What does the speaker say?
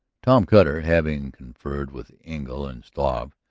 tom cutter, having conferred with engle and struve,